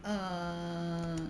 err